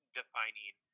defining